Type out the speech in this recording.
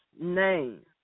name